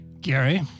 Gary